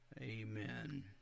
Amen